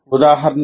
ఉదాహరణకి